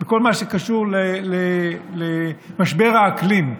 בכל מה שקשור למשבר האקלים.